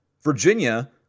Virginia